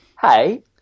hey